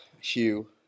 Hugh